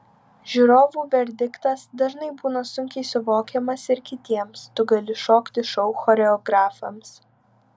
žiūrovų verdiktas dažnai būna sunkiai suvokiamas ir kitiems tu gali šokti šou choreografams